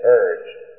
urged